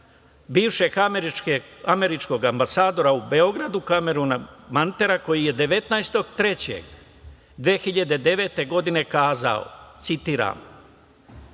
bivšeg američkog ambasadora u Beogradu, Kameruna Mantera, koji je 19. marta 2009. godine kazao, citiram: